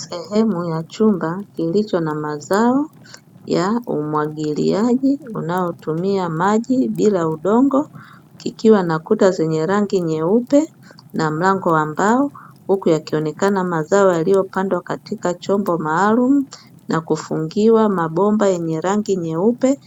Sehemu ya chumba kilicho na mazao ya umwagiliaji unaotumia maji bila udongo, ikiwa na kuta zenye rangi nyeupe na mlango wa mbao huku yakionekana mazao yaliyopandwa katika chombo maalumu na kufungiwa mabomba yenye rangi nyeupe